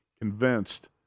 convinced